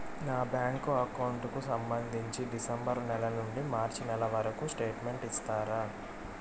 నా bank account కు సంబంధించి డిసెంబరు నెల నుండి మార్చి నెలవరకు స్టేట్మెంట్ ఇస్తారా?